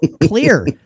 Clear